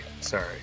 Sorry